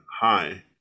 High